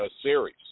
series